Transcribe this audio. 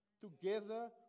Together